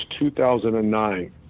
2009